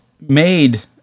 made